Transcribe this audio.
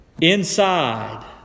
Inside